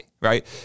right